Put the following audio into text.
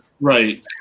right